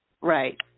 Right